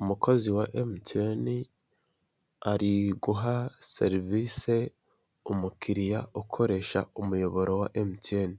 Umukozi wa emutiyene ari guha serivisi umukiriya ukoresha umuyoboro wa emutiyene,